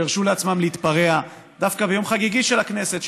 שהרשו לעצמם להתפרע דווקא ביום חגיגי של הכנסת.